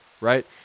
right